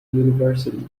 university